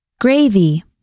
Gravy